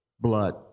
blood